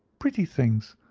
pretty things!